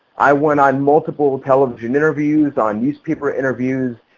i went on multiple television interviews, on newspaper interviews,